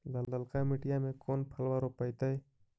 ललका मटीया मे कोन फलबा रोपयतय?